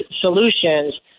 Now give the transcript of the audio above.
solutions